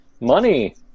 money